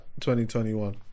2021